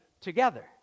together